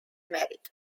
married